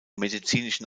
medizinischen